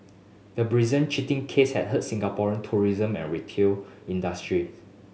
the brazen cheating case had hurt Singapore tourism and retail industry